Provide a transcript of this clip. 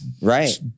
right